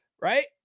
right